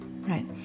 right